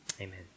amen